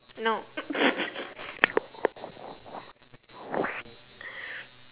no